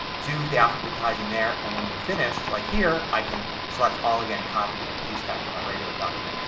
do the alphabetizing there and when you're finished, like here, i can select all again, copy and paste back in my regular document.